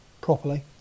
properly